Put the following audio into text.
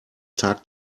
tag